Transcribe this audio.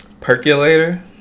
Percolator